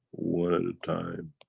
one at a time.